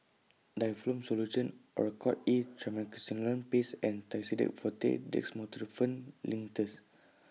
Difflam Solution Oracort E Triamcinolone Paste and Tussidex Forte Dextromethorphan Linctus